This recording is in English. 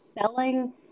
selling